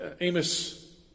Amos